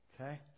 okay